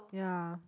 yeah